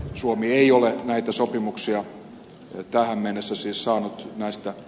suomi ei ole näistä sopimuksista tähän mennessä siis saanut hyötyä